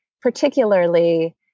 particularly